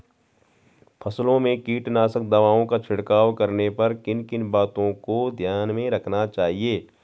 फसलों में कीटनाशक दवाओं का छिड़काव करने पर किन किन बातों को ध्यान में रखना चाहिए?